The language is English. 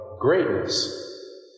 greatness